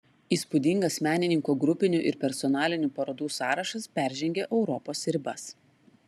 įspūdingas menininko grupinių ir personalinių parodų sąrašas peržengia europos ribas